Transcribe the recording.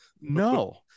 No